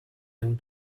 and